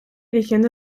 eligiendo